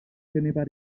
teneva